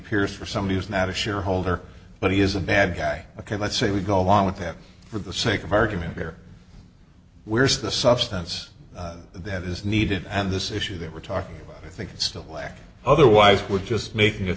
peers for somebody who's not a shareholder but he is a bad guy ok let's say we go along with him for the sake of argument there where's the substance that is needed and this issue that we're talking i think it's still lack otherwise we're just making a